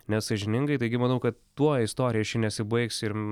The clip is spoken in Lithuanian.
nesąžiningai taigi manau kad tuo istorija ši nesibaigs ir